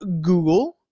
Google